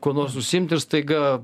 kuo nors užsiimti ir staiga